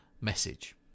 message